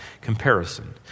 comparison